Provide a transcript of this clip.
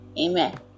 Amen